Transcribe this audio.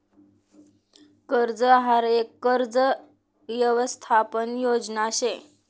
कर्ज आहार यक कर्ज यवसथापन योजना शे